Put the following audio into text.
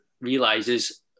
realizes